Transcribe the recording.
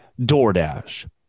DoorDash